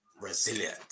resilient